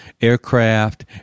aircraft